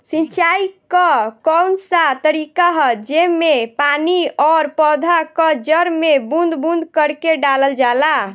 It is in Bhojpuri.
सिंचाई क कउन सा तरीका ह जेम्मे पानी और पौधा क जड़ में बूंद बूंद करके डालल जाला?